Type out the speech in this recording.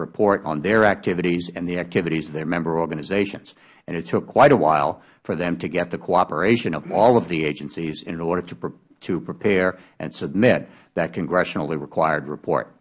report on their activities and the activities of their member organizations and it took quite a while for them to get the cooperation of all of the agencies in order to prepare and submit that congressionally required